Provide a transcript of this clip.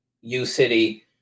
U-City